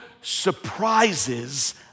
surprises